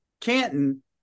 Canton